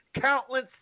Countless